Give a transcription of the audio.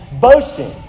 boasting